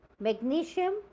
Magnesium